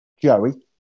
Joey